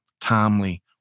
timely